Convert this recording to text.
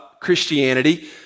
Christianity